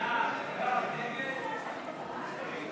ההצעה